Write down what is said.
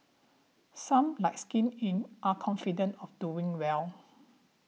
some like Skin Inc are confident of doing well